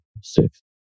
six